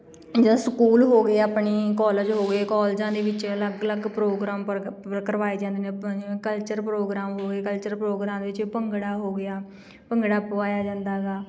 ਜਾਂ ਸਕੂਲ ਹੋ ਗਏ ਆਪਣੇ ਕਾਲਜ ਹੋ ਗਏ ਕਾਲਜਾਂ ਦੇ ਵਿੱਚ ਅਲੱਗ ਅਲੱਗ ਪ੍ਰੋਗਰਾਮ ਪਰ ਕਰਵਾਏ ਜਾਂਦੇ ਨੇ ਪ ਕਲਚਰ ਪ੍ਰੋਗਰਾਮ ਹੋਵੇ ਕਲਚਰ ਪ੍ਰੋਗਰਾਮ ਵਿੱਚ ਭੰਗੜਾ ਹੋ ਗਿਆ ਭੰਗੜਾ ਪਵਾਇਆ ਜਾਂਦਾ ਗਾ